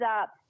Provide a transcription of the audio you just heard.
up